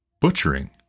butchering